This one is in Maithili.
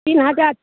तीन हजार